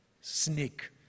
snake